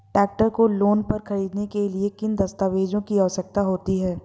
Tractor को loan पर खरीदने के लिए किन दस्तावेज़ों की आवश्यकता होती है?